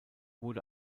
wurde